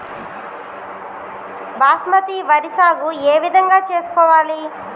బాస్మతి వరి సాగు ఏ విధంగా చేసుకోవాలి?